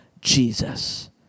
Jesus